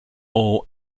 all